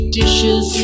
dishes